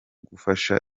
gufasha